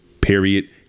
Period